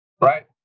right